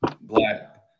black